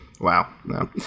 Wow